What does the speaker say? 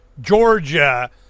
Georgia